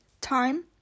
time